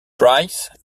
price